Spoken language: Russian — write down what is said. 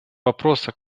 вопроса